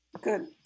Good